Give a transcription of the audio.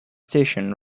station